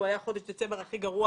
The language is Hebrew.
הוא היה חודש דצמבר הכי גרוע,